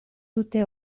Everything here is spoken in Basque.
dute